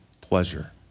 pleasure